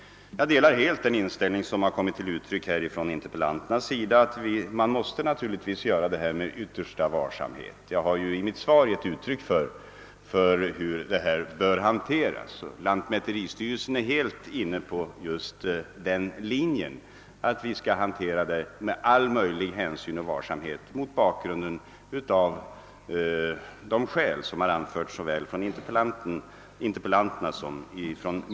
Jag delar helt den inställning som frågeställarna har uttryckt, d.v.s. att vi måste genomföra detta med yttersta varsamhet. Jag har också i mitt svar redogjort för hur saken bör hanteras. Lantmäteristyrelsen är helt inne på just den linjen ait vi skall arbeta med all möjlig hänsyn om varsamhet mot bakgrunden av de skäl som både frågeställarna och jag har anfört.